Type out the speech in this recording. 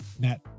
Matt